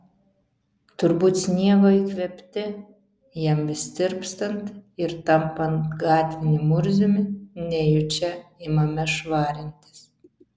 turbūt sniego įkvėpti jam vis tirpstant ir tampant gatviniu murziumi nejučia imame švarintis